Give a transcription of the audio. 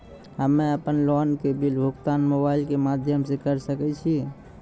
हम्मे अपन लोन के बिल भुगतान मोबाइल के माध्यम से करऽ सके छी?